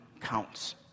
counts